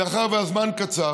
מאחר שהזמן קצר,